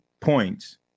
points